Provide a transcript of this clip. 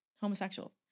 homosexual